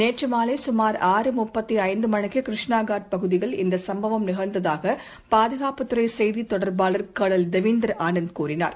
நேற்றுமாலைசுமார் ஆறு முப்பத்தைந்துமணிக்குகிருஷ்ணாகட் பகுதியில் இந்தசம்பவம் நிகழ்ந்ததாகபாதுகாப்புத் துறைசெய்தித் தொடர்பாளர் கர்னல் தேவிந்தர் ஆனந்த் கூறினார்